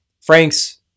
Frank's